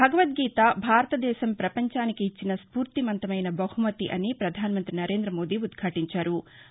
భగవద్గీత భారతదేశం పపంచానికి ఇచ్చిన స్పూర్తిమంతమైన బహుమతి అని పధాన మంతి నరేందమోదీ ఉద్యాటించారు